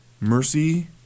Mercy